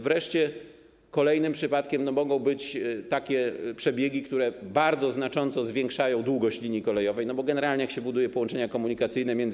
Wreszcie kolejnym przypadkiem mogą być takie przebiegi, które bardzo znacząco zwiększają długość linii kolejowej, bo generalnie, jak się buduje połączenia komunikacyjne między